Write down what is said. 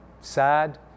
sad